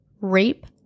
rape